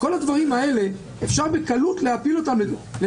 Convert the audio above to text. דבריו של